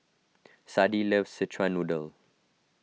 Sadie loves Szechuan Noodle